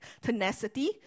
tenacity